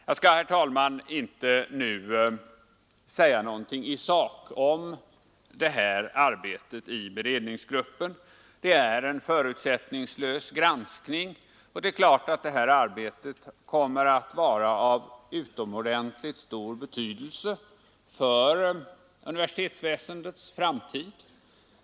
Jag skall, herr talman, inte nu säga någonting i sak om arbetet i beredningsgruppen. Det är en förutsättningslös granskning, och det är klart att det här arbetet kommer att vara av utomordentligt stor betydelse för universitetsväsendets framtid.